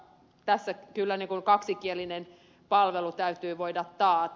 tässä kyllä kaksikielinen palvelu täytyy voida taata